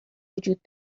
وجود